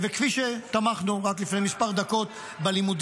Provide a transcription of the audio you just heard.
כפי שתמכנו רק לפני כמה דקות בלימודים,